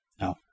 No